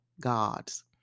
gods